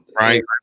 right